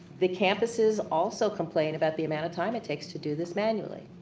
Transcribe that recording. the campuses also complain about the amount of time it takes to do this manually.